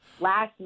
last